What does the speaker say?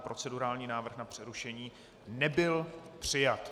Procedurální návrh na přerušení nebyl přijat.